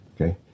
Okay